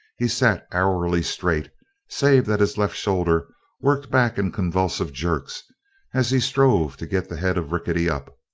he sat arrowy-straight save that his left shoulder worked back in convulsive jerks as he strove to get the head of rickety up.